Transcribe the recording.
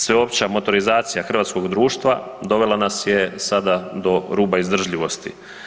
Sveopća motorizacija hrvatskog društva dovela nas je sada do ruba izdržljivosti.